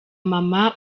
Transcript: mama